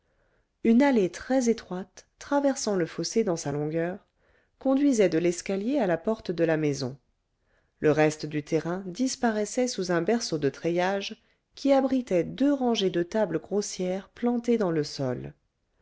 une allée très étroite traversant le fossé dans sa longueur conduisait de l'escalier à la porte de la maison le reste du terrain disparaissait sous un berceau de treillage qui abritait deux rangées de tables grossières plantées dans le sol